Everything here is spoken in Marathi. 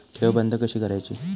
ठेव बंद कशी करायची?